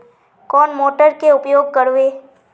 कौन मोटर के उपयोग करवे?